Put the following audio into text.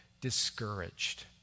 discouraged